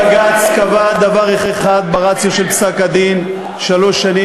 בג"ץ קבע דבר אחד ברציו של פסק-הדין: שלוש שנים,